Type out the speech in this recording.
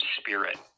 spirit